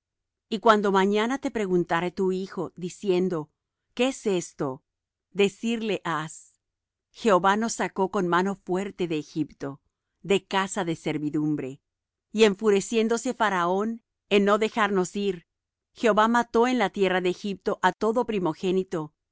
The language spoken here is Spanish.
y cuando mañana te preguntare tu hijo diciendo qué es esto decirle has jehová nos sacó con mano fuerte de egipto de casa de servidumbre y endureciéndose faraón en no dejarnos ir jehová mató en la tierra de egipto á todo primogénito